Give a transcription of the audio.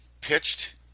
pitched